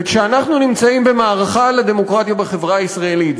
וכשאנחנו נמצאים במערכה על הדמוקרטיה בחברה הישראלית,